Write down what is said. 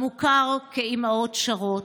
המוכר כ"אימהות שרות":